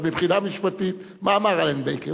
אבל מבחינה משפטית, מה אמר אלן בייקר?